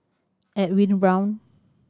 Edwin Brown